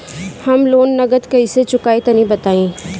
हम लोन नगद कइसे चूकाई तनि बताईं?